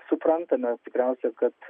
suprantame tikriausiai kad